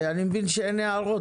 אני מבין שאין הערות.